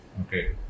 Okay